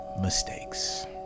Mistakes